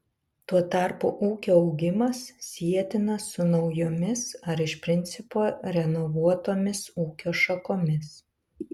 tuo tarpu ūkio augimas sietinas su naujomis ar iš principo renovuotomis ūkio šakomis